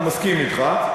אני מסכים אתך.